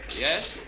Yes